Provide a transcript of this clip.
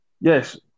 Yes